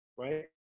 right